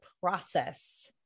process